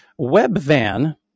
Webvan